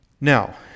Now